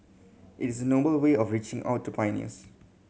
it is noble way of reaching out to pioneers